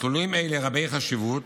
מסלולים אלו רבי חשיבות,